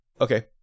Okay